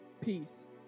Peace